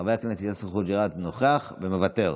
חבר יאסר חוג'יראת, נוכח ומוותר,